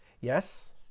yes